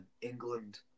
England